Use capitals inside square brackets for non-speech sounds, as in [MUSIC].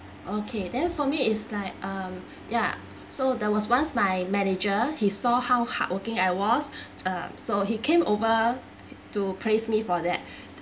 okay then for me is like um [BREATH] ya so there was once my manager he saw how hardworking I was [BREATH] uh so he came over to praise me for that [BREATH]